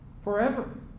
forever